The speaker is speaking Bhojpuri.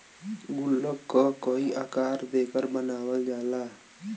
गुल्लक क कई आकार देकर बनावल जाला